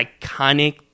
iconic